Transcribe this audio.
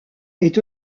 est